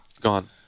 gone